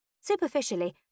Superficially